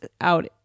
out